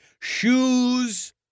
shoes